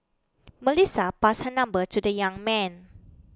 Melissa passed her number to the young man